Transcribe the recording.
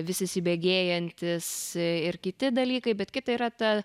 vis įsibėgėjantis ir kiti dalykai bet kita yra ta